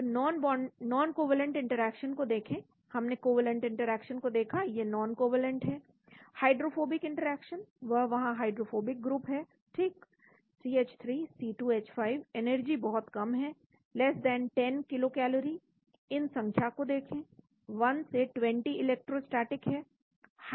तो non covalent interaction को देखें हमने कोवैलेंट इंटरेक्शन को देखा यह नॉन कोवैलेंट है हाइड्रोफोबिक इंटरेक्शन वह वहां हाइड्रोफोबिक ग्रुप है ठीक CH3 C2H5 एनर्जी बहुत कम है 10 किलो कैलोरी इन संख्याओं को देखें 1 से 20 इलेक्ट्रोस्टेटिक है